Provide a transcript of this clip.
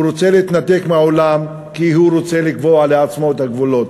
הוא רוצה להתנתק מהעולם כי הוא רוצה לקבוע לעצמו את הגבולות.